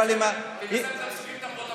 אבל עם בגלל זה אתם לא חושפים את הפרוטוקולים,